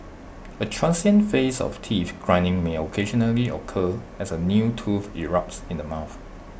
A transient phase of teeth grinding may occasionally occur as A new tooth erupts in the mouth